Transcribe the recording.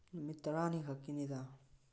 ꯇꯔꯥꯅꯤ ꯈꯛꯀꯤꯅꯤꯗ